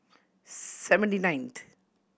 seventy ninth